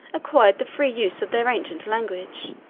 acquired the free use of their ancient language,